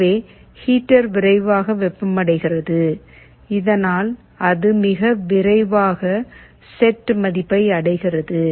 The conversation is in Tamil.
எனவே ஹீட்டர் விரைவாக வெப்பமடைகிறது இதனால் அது மிக விரைவாக செட் மதிப்பை அடைகிறது